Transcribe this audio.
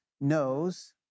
knows